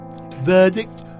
Verdict